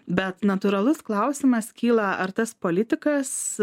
bet natūralus klausimas kyla ar tas politikas